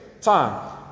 Time